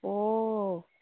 ও